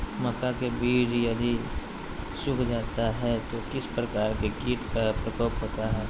मक्का के बिज यदि सुख जाता है तो किस प्रकार के कीट का प्रकोप होता है?